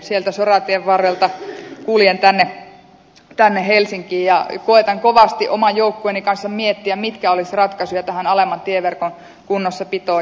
sieltä soratien varrelta kuljen tänne helsinkiin ja koetan kovasti oman joukkueeni kanssa miettiä mitkä olisivat ratkaisuja tähän alemman tieverkon kunnossapitoon